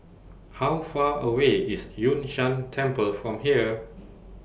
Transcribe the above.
How Far away IS Yun Shan Temple from here